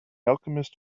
alchemist